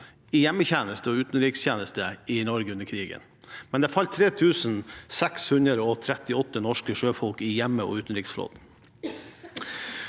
i hjemmetjeneste og utenrikstjeneste i Norge under krigen, men det falt 3 638 norske sjøfolk i hjemme- og utenriksflåten.